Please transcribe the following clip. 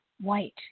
white